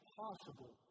possible